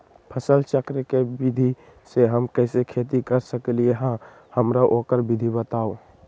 फसल चक्र के विधि से हम कैसे खेती कर सकलि ह हमरा ओकर विधि बताउ?